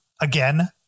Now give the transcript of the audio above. again